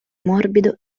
morbido